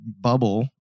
bubble